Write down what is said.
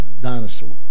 dinosaur